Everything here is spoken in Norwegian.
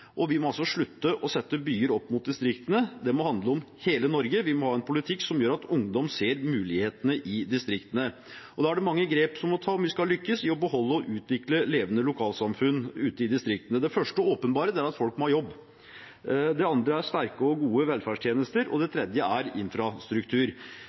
Vi må slutte å sette byer opp mot distriktene. Det må handle om hele Norge. Vi må ha en politikk som gjør at ungdom ser mulighetene i distriktene. Det er mange grep som må tas om vi skal lykkes i å beholde og utvikle levende lokalsamfunn ute i distriktene. Det første – og åpenbare – er at folk må ha jobb. Det andre er sterke og gode velferdstjenester. Det